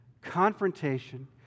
confrontation